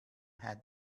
had